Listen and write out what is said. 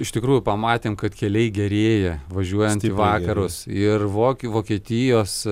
iš tikrųjų pamatėm kad keliai gerėja važiuojant į vakarus ir vok vokietijos